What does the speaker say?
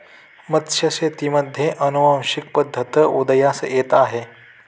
मत्स्यशेतीमध्ये अनुवांशिक पद्धत उदयास येत आहे